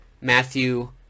Matthew